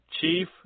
Chief